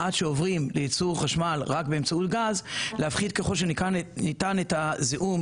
עד שעוברים לייצור חשמל רק באמצעות גז להפחית ככל שניתן את הזיהום,